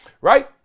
right